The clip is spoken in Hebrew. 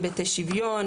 היבטי שוויון,